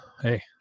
hey